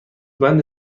بند